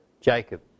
Jacob